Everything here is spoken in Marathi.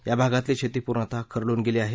या भागातली शेती पूर्णतः खरडून गेली आहे